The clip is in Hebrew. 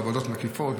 עבודות מקיפות,